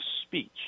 speech